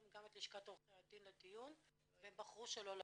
וגם את לשכת עורכי הדין לדיון והם בחרו שלא להגיע.